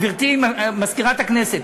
גברתי מזכירת הכנסת,